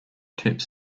tips